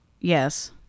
Yes